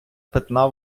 питна